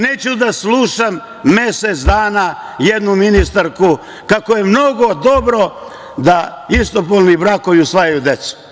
Neću da slušam mesec dana jednu ministarku kako je mnogo dobro da istopolni brakovi usvajaju decu.